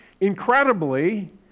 incredibly